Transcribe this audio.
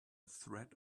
threat